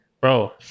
Bro